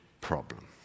problem